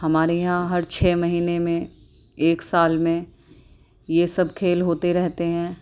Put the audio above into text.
ہمارے یہاں ہر چھ مہینے میں ایک سال میں یہ سب کھیل ہوتے رہتے ہیں